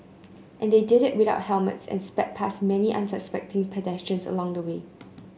and they did it without helmets and sped past many unsuspecting pedestrians along the way